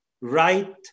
right